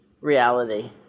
reality